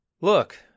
Look